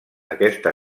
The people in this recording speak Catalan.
aquesta